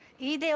eat,